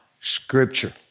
Scripture